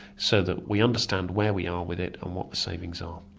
so that we understand where we are with it and what the savings um